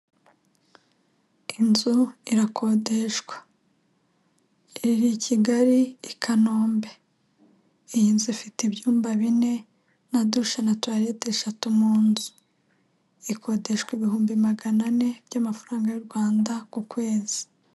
Inzu irakodeshwa iri i Kigali, i Kanombe. Iyi nzu ifite ibyumba bine na dusha na tuwarete eshatu mu nzu, ikodeshwa ibihumbi magana ane by'amafaranga y'u Rwanda ku kwezi.